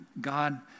God